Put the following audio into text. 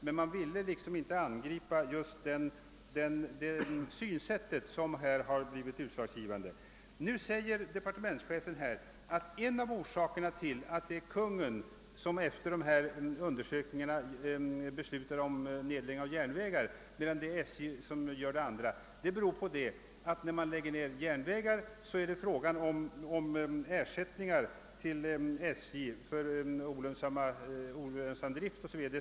Utskottet ville däremot inte invända mot departementschefens användning av uttrycket »enskilda stationer». Nu säger departementschefen att en av orsakerna till att det är Kungl. Maj:t som efter undersökningar beslutar om nedläggning av järnvägar, medan SJ vidtar de andra åtgärderna, är att vid järnvägsnedläggning kan det vara fråga om ersättning till SJ för olönsam drift o.s.v.